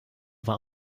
war